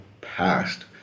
past